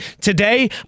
Today